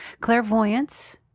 Clairvoyance